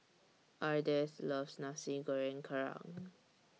Ardeth loves Nasi Goreng Kerang